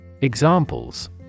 examples